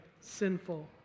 sinful